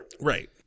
Right